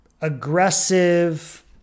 aggressive